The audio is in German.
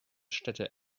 städte